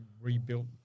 rebuilt